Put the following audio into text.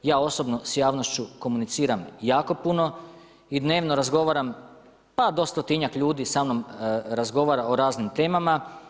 Ja osobno s javnošću komuniciram jako puno i dnevno razgovaram pa do stotinjak ljudi sa mnom razgovara o raznim temama.